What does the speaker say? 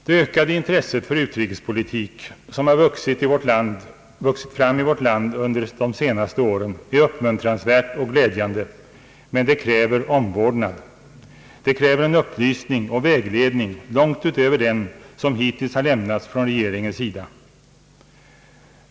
Det ökade intresset för utrikespolitik som har vuxit fram i vårt land under de senaste åren är uppmuntransvärt och glädjande, men det kräver omvårdnad. Det kräver en upplysning och vägledning långt utöver den som hittills har lämnats från regeringens sida.